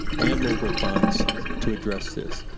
and local funds to address this.